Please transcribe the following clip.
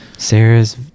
Sarah's